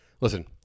Listen